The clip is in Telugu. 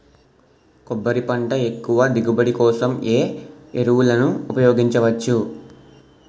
కొబ్బరి పంట ఎక్కువ దిగుబడి కోసం ఏ ఏ ఎరువులను ఉపయోగించచ్చు?